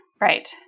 Right